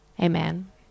Amen